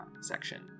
section